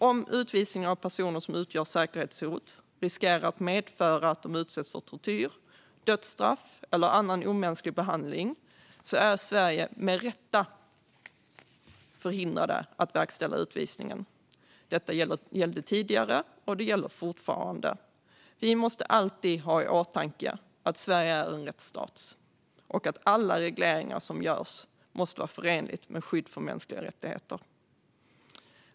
Om utvisning av personer som utgör säkerhetshot riskerar medföra att de utsätts för tortyr, dödsstraff eller annan omänsklig behandling är Sverige, med rätta, förhindrat att verkställa utvisningen. Detta gällde tidigare, och det gäller fortfarande. Vi måste alltid ha i åtanke att Sverige är en rättsstat och att alla regleringar som görs måste vara förenliga med skyddet av de mänskliga rättigheterna.